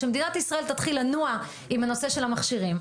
שמדינת ישראל תתחיל לנוע עם הנושא של המכשירים.